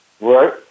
Right